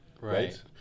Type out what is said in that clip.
right